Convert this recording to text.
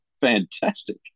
fantastic